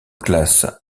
classe